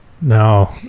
No